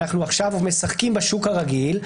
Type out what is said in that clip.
אנחנו עכשיו משחקים בשוק הרגיל.